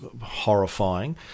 horrifying